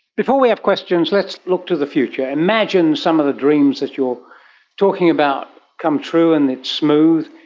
before we have questions let's look to the future. imagine some of the dreams that you are talking about come true and it's smooth.